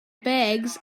bags